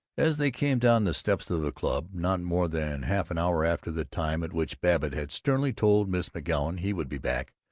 as they came down the steps of the club, not more than half an hour after the time at which babbitt had sternly told miss mcgoun he would be back,